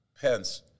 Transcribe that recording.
Pence